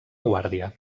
guàrdia